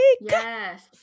Yes